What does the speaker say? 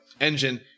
engine